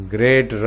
Great